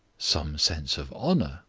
some sense of honour?